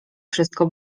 wszystko